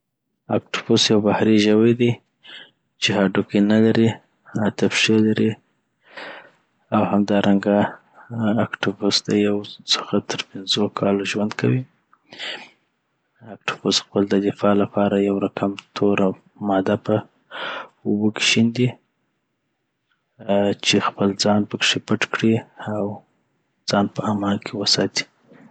اکټوپوس یو بحری ژوي دي چی هډوکي نلري اته پښې لري او همدارنګه اکټوپوس دیو څخه ترپنځه کاله ژوند کوي او اکټوپوس خپل د دفاع لپاره یو رکم توره ماده په اوبو کي شیندي چی خپل ځان پکښي پټ کړی اوځان په امان کي وساتي